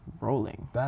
Rolling